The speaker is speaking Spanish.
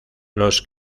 los